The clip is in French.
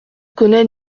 connais